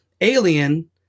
alien